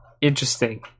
interesting